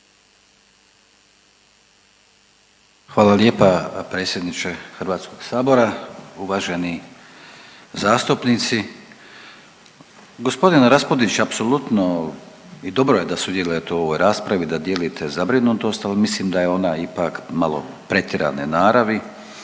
Hvala lijepa uvaženi predsjedniče HS-a, uvaženi zastupnici. G. Raspudić, apsolutno i dobro je da sudjelujete u ovoj raspravi, da dijelite zabrinutost, ali mislim da je ona ipak malo pretjerane naravi,